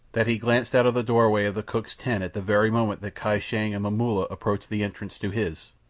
that he glanced out of the doorway of the cook's tent at the very moment that kai shang and momulla approached the entrance to his,